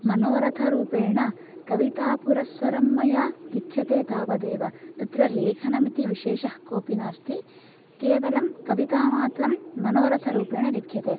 मनोरथरूपेण कवितापुरस्सरं मया लिख्यते तावदेव तत्र लेखनम् इति विशेषः कोपि नास्ति केवलं कविता मात्रं मनोरथरूपेण लिख्यते